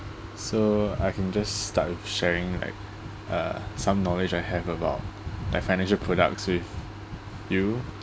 so I can just start with sharing right uh some knowledge I have about my financial products with you